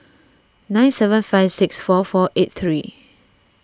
nine seven five six four four eight three